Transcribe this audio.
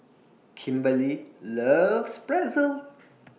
Kimberly loves Pretzel